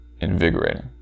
invigorating